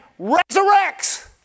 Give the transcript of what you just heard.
resurrects